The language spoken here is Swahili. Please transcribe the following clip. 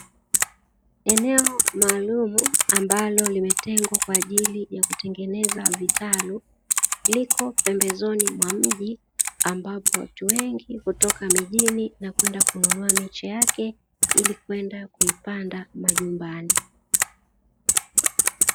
Eneo maalumu ambalo limetengwa kwa ajili ya kutengeneza vitalu liko pembezoni mwa mji, ambapo watu wengi kutoka mijini na kwenda kununua miche yake, ili kwenda kuipanda majumbani.